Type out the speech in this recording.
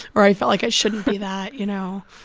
where i felt like it shouldn't be that, you know.